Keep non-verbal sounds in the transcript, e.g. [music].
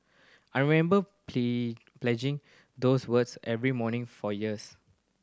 I remember [unintelligible] pledging those words every morning for years